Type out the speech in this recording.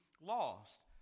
lost